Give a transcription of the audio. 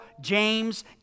James